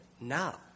now